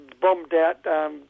bombed-out